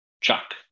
Chuck